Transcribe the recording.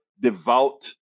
devout